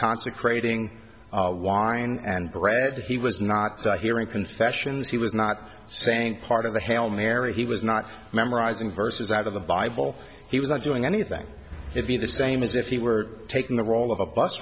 consecrating wine and bread he was not hearing confessions he was not saying part of the hail mary he was not memorizing verses out of the bible he was not doing anything it be the same as if he were taking the role of a bus